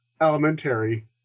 elementary